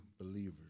believers